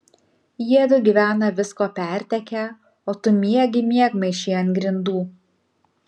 jiedu gyvena visko pertekę o tu miegi miegmaišy ant grindų